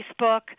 Facebook